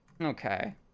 Okay